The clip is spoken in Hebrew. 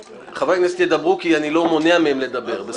חברי הכנסת ידברו כי אני לא מונע מהם לדבר אבל